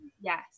yes